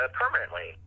permanently